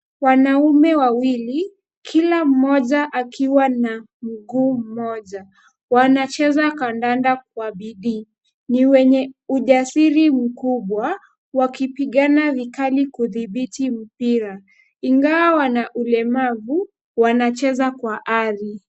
Wanaume wawili kila mmoja akiwa na mguu mmoja. Wanacheza kandanda kwa bidii. Ni wenye ujasiri mkubwa wakipigana vikali kudhibiti mpira. Ingawa wana ulemavu wanacheza kwa ari.